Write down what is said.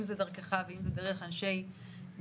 אם זה דרכך ואם זה דרך אנשי משרדך,